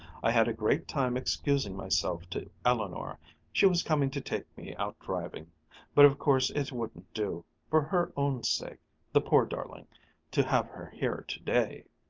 i had a great time excusing myself to eleanor she was coming to take me out driving but of course it wouldn't do for her own sake the poor darling to have her here today!